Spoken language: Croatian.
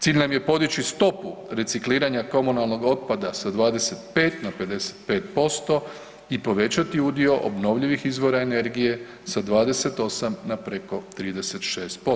Cilj nam je podići stopu recikliranja komunalnog otpada sa 25 na 55% i povećati udio obnovljivih izvora energije sa 28 na preko 36%